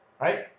Right